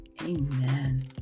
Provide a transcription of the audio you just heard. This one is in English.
Amen